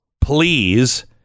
Please